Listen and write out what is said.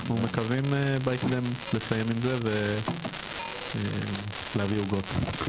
אנחנו מקווים לסיים עם זה בהקדם ולהביא עוגות.